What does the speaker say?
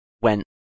went